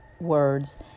words